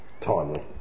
timely